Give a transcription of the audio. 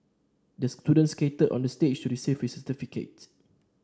the student skated onto the stage to receive his certificate